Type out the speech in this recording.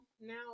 Now